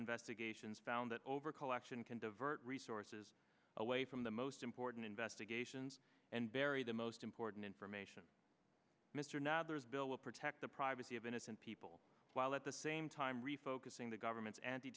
investigations found that over collection can divert resources away from the most important investigations and bury the most important information mr nethers bill will protect the the of innocent people while at the same time refocusing the government's anti